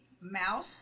mouse